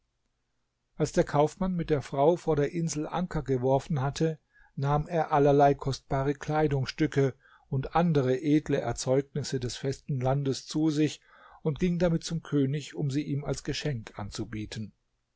als der kaufmann mit der frau vor der insel anker geworfen hatte nahm er allerlei kostbare kleidungsstücke und andere edle erzeugnisse des festen landes zu sich und ging damit zum könig um sie ihm als geschenk anzubieten